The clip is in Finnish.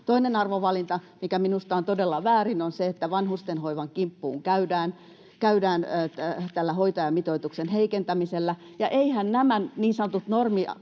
Toinen arvovalinta, mikä minusta on todella väärin, on se, että vanhustenhoivan kimppuun käydään tällä hoitajamitoituksen heikentämisellä. Eiväthän nämä niin sanotut normien